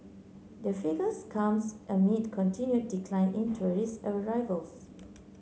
the figures comes amid continued decline in tourist arrivals